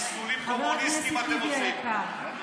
חיסולים קומוניסטיים אתם עושים.